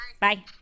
Bye